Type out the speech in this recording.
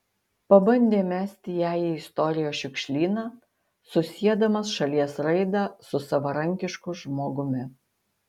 pabandė mesti ją į istorijos šiukšlyną susiedamas šalies raidą su savarankišku žmogumi